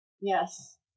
Yes